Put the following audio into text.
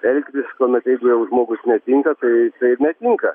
elgtis kuomet jeigu jau žmogus netinka tai tai ir netinka